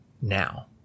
now